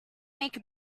make